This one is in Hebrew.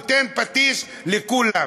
נותן פטיש לכולם.